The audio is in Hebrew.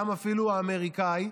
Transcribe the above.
גם אפילו האמריקאי,